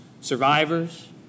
survivors